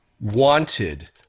wanted